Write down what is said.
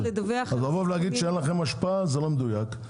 לבוא ולומר שאין לכם השפעה, זה לא מדויק.